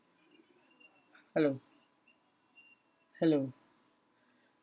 hello hello